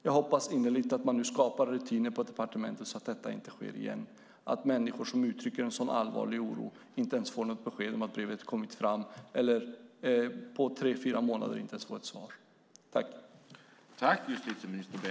Jag hoppas innerligt att man nu skapar rutiner på departementet så att detta inte sker igen, alltså att människor som uttrycker en allvarlig oro inte ens får något besked om att brevet har kommit fram och inte får ett svar på tre fyra månader.